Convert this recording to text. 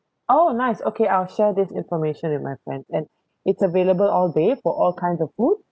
oh nice okay I'll share this information with my friends and it's available all day for all kinds of food